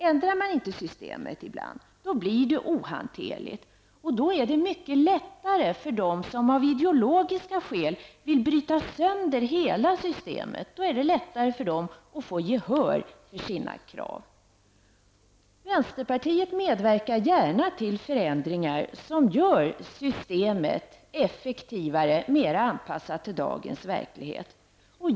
Ändrar man inte systemet ibland blir det ohanterligt, och då är det mycket lättare för dem som av ideologiska skäl vill bryta sönder hela systemet att få gehör för sina krav. Vänsterpartiet medverkar gärna till förändringar som gör systemet effektivare, mer anpassat till dagens verklighet.